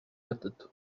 gatatu